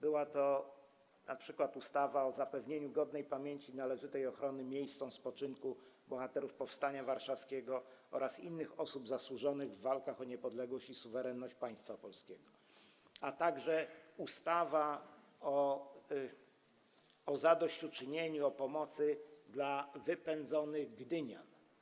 Była to np. ustawa o zapewnieniu godnej pamięci i należytej ochrony miejscom spoczynku Bohaterów Powstania Warszawskiego oraz innych osób zasłużonych w walkach o niepodległość i suwerenność Państwa Polskiego, a także ustawa o zadośćuczynieniu, o pomocy dla wypędzonych gdynian.